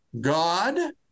God